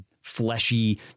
fleshy